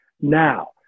Now